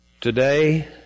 Today